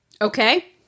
Okay